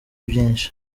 byinshi